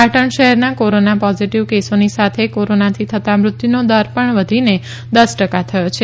પાટણ શહેરના corona positive કેસોની સાથે કોરોનાથી થતા મૃત્યુનો દર પણ વધીને દસ ટકા થયો છે